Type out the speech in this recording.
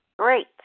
Great